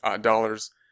dollars